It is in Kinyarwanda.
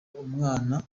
umwana